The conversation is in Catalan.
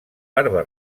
barba